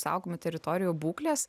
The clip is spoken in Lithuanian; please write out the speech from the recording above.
saugomų teritorijų būklės